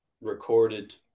recorded